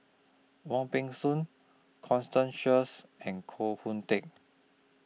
Wong Peng Soon Constance Sheares and Koh Hoon Teck